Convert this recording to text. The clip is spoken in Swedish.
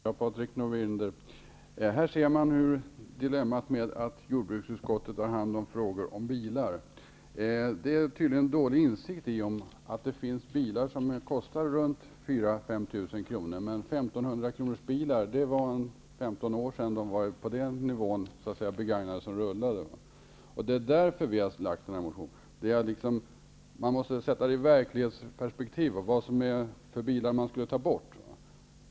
Herr talman! Här, Patrik Norinder, ser man dilemmat med att jordbruksutskottet har hand om frågor om bilar. Insikten är tydligen dålig om att det finns bilar som kostar runt 4 000 eller 5 000 kronor. Det var 15 år sedan det rullade omkring 1 500 Man måste sätta in frågan i ett verklighetsperspektiv och tänka på vilka bilar det är man skulle vilja ha bort.